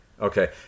Okay